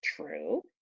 True